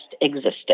existence